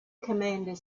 commander